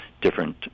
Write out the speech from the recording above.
different